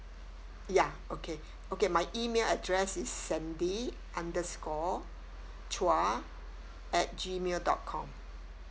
ya okay okay my email address is sandy underscore chua at gmail dot com